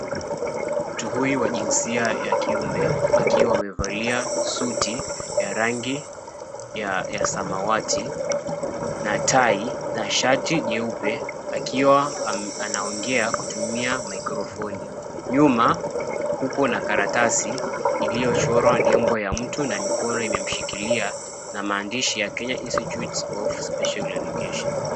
Mtu huyu wa jinsia ya kiume, akiwa amevalia suti ya rangi ya samawati, na tai na shati jeupe, akiwa anaongea kutumia microphone . Nyuma, kuko na karatasi iliyochorwa nembo ya mtu na mikono imemshikilia, na maandishi ya, Kenya Institute of Special Education.